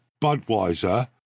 Budweiser